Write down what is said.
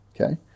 okay